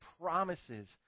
promises